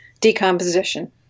decomposition